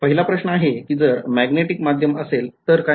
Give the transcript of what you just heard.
पहिला प्रश्न आहे कि जर मॅग्नेटिक माध्यम असले तर काय